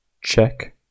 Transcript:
check